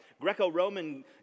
Greco-Roman